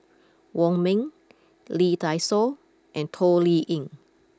Wong Ming Lee Dai Soh and Toh Liying